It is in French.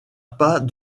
pas